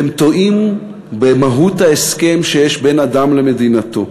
אתם טועים במהות ההסכם שיש בין אדם למדינתו.